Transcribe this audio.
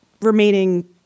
remaining